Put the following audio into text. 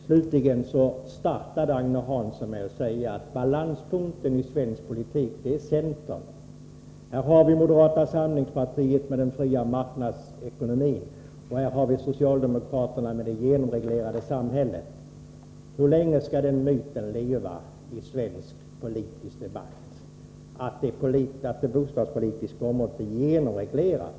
Agne Hansson startar med att säga att balanspunkten i svensk politik är centern. Här har vi moderata samlingspartiet med den fria marknadsekonomin och här har vi socialdemokraterna med det genomreglerade samhället. Hur länge skall myten leva i svensk politisk debatt om att det bostadspolitiska området är genomreglerat?